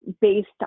based